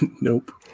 nope